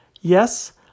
Yes